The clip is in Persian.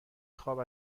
خواب